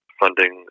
funding